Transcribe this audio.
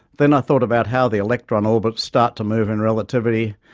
then i thought about how the electron orbits start to move in relativity.